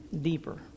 deeper